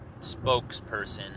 spokesperson